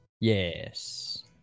Yes